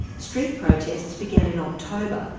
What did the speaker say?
street protests began in october,